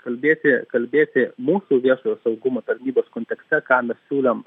kalbėti kalbėti mūsų viešojo saugumo tarnybos kontekste ką mes siūlėm